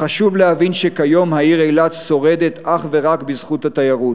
אך חשוב להבין שכיום העיר אילת שורדת אך ורק בזכות התיירות.